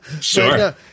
sure